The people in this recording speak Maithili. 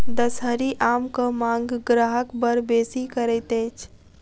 दसहरी आमक मांग ग्राहक बड़ बेसी करैत अछि